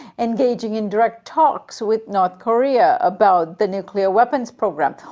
engaging in direct talks with north korea about the nuclear weapons program,